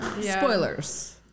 spoilers